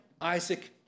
Isaac